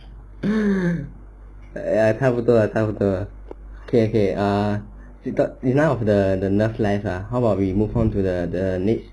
!aiya! 差不多 lah 差不多 lah K K err enou~ enough of the love life ah how about we move on to the to the next